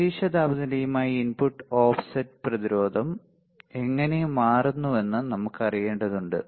അന്തരീക്ഷ താപനിലയുമായി ഇൻപുട്ട് പ്രതിരോധം എങ്ങനെ മാറുന്നുവെന്ന് നമുക്ക് അറിയേണ്ടതുണ്ട്